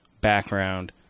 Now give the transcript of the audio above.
background